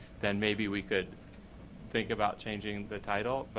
then maybe we could think about changing the title.